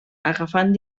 agafant